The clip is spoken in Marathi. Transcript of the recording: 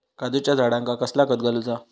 काजूच्या झाडांका कसला खत घालूचा?